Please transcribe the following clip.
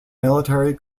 military